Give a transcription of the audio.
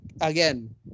again